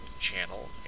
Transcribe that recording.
channel